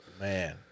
Man